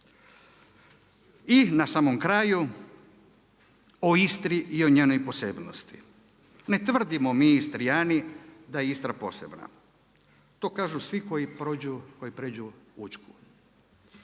I na samom kraju o Istri i o njenoj posebnosti. Ne tvrdimo mi Istrijani da je Istra posebna. To kažu svi koji prijeđu Učku.